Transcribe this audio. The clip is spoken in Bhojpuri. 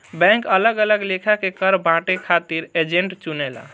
बैंक अलग अलग लेखा के कर बांटे खातिर एजेंट चुनेला